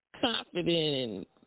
confident